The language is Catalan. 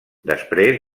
després